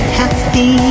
happy